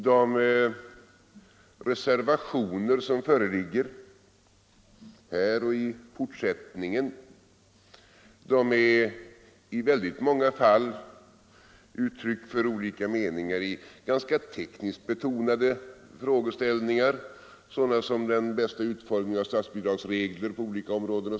De reservationer som föreligger, här och i fortsättningen, är i många fall uttryck för olika meningar i tämligen tekniskt betonade frågor, sådana som vilken den bästa utformningen av statsbidragsregler på olika områden är.